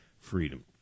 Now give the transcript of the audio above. freedom